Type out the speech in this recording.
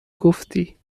گفتی